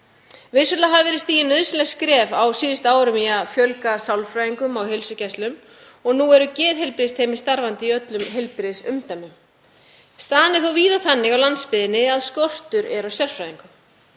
Vissulega hafa verið stigin nauðsynleg skref á síðustu árum í að fjölga sálfræðingum á heilsugæslum og nú eru geðheilbrigðisteymi starfandi í öllum heilbrigðisumdæmum. Staðan er þó víða þannig á landsbyggðinni að skortur er á sérfræðingum.